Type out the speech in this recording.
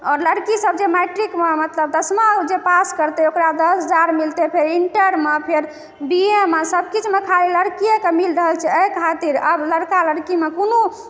आओर लड़की सब जे मैट्रिकमे दसमा जे पास करतै ओकरा दस हजार मिलतै फेर इण्टरमे फेर बीएमे सब किछुमे खाली लड़कियेके मिलि रहल छै एहि खातिर आब लड़का लड़कीमे कोनो